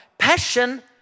Passion